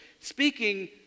speaking